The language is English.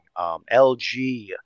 LG